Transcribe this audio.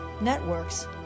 networks